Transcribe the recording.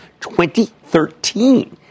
2013